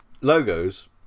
Logos